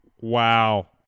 Wow